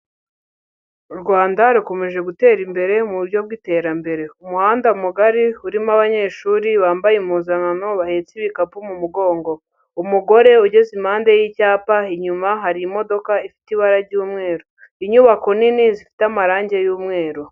U Rwanda rukomeje gutera imbere mu buryo bw'iterambere. Umuhanda mugari urimo abanyeshuri bambaye impuzankano bahetse ibikapu mu mugongo. Umugore ugeze impande y'icyapa inyuma hari imodoka ifite ibara ry'umweru. Inyubako nini zifite amarangi y'umweru.